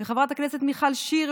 לחברת הכנסת מיכל שיר,